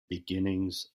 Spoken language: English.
beginnings